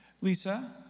Lisa